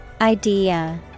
Idea